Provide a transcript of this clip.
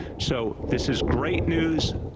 so this is great news,